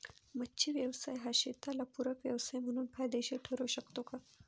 मच्छी व्यवसाय हा शेताला पूरक व्यवसाय म्हणून फायदेशीर ठरु शकतो का?